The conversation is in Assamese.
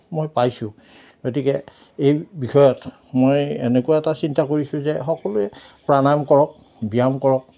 মই পাইছোঁ গতিকে এই বিষয়ত মই এনেকুৱা এটা চিন্তা কৰিছোঁ যে সকলোৱে প্ৰাণায়াম কৰক ব্যায়াম কৰক